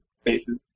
spaces